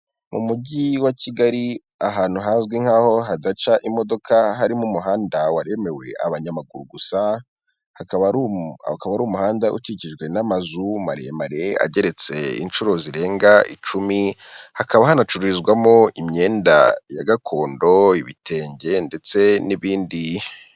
Mu mujyi wa Kigali, ahantu hazwi nk'aho hadaca imodoka, harimo umuhanda waremewe abanyamaguru gusa, hakaba ari umuhanda ukikijwe n'amazu maremare, ageretse inshuro zirenga icumi, hakaba hanacururizwamo imyenda ya gakondo, ibitenge, ndetse n'ibindi.